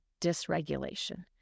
dysregulation